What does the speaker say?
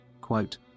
Quote